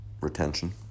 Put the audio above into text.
retention